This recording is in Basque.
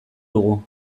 dugu